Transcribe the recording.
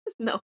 No